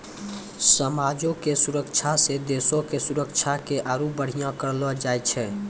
समाजो के सुरक्षा से देशो के सुरक्षा के आरु बढ़िया करलो जाय छै